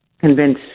convince